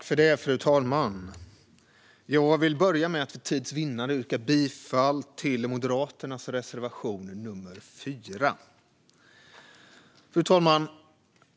Fru talman! Jag vill för tids vinnande börja med att yrka bifall till Moderaternas reservation nr 4. Fru talman!